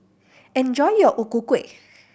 enjoy your O Ku Kueh